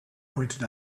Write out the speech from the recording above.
pointed